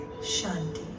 Shanti